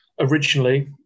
originally